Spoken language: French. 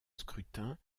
scrutin